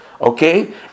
Okay